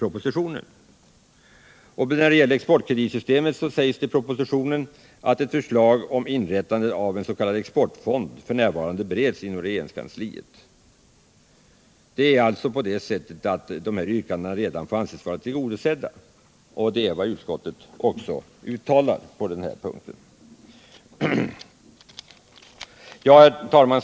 Beträffande exportkreditsystemet sägs i propositionen att ett förslag om inrättande av en s.k. exportfond f. n. förbereds inom regeringskansliet. Yrkandena i motionen får därför anses redan vara tillgodosedda, och detta uttalar utskottet också. Herr talman!